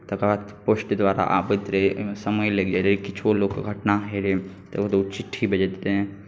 तकर बाद पोस्ट द्वारा आबैत रहै ओहिमे समय लागि जाइत रहै किछो लोककेँ घटना होइत रहै तऽ ओ चिट्ठी भेजैत रहै